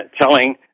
telling